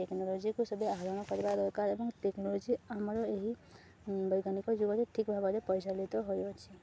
ଟେକ୍ନୋଲୋଜିକୁ ସବେ ଆହରଣ କରିବା ଦରକାର ଏବଂ ଟେକ୍ନୋଲୋଜି ଆମର ଏହି ବୈଜ୍ଞାନିକ ଯୁଗରେ ଠିକ୍ ଭାବରେ ପରିଚାଳିତ ହୋଇଅଛି